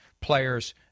players